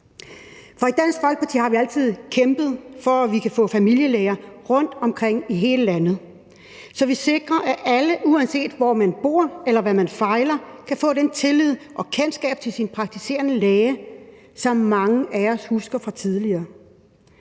I Dansk Folkeparti har vi altid kæmpet for, at vi kan få familielæger rundtomkring i hele landet, så vi sikrer, at alle, uanset hvor man bor, eller hvad man fejler, kan have den tillid og det kendskab til sin praktiserende læge, som mange af os husker fra tidligere.